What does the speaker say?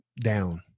down